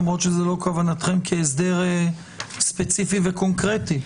למרות שזה לא כוונתכם כהסדר ספציפי וקונקרטי.